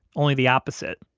only the opposite,